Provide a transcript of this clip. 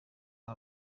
nta